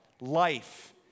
life